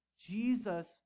Jesus